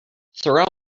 throw